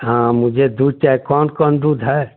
हाँ मुझे दूध चाहिए कौन कौन दूध है